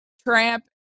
Tramp